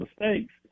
mistakes